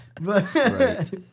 Right